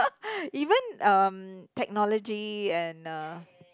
even um technology and uh